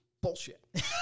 bullshit